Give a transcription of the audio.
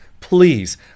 Please